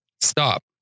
Stop